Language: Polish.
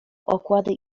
okłady